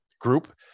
group